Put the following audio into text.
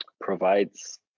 provides